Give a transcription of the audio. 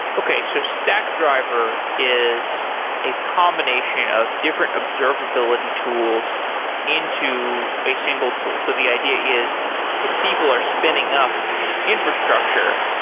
okay, so stackdriver is a combination of different observability tools into a single tool. so the idea is if people are spinning up infrastructure,